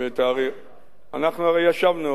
אנחנו הרי ישבנו,